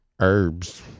herbs